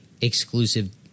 exclusive